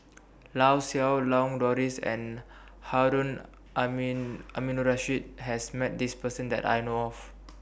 Lau Siew Lang Doris and Harun Amin Aminurrashid has Met This Person that I know of